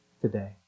today